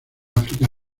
áfrica